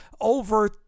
over